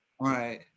Right